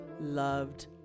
loved